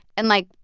and, like,